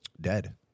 dead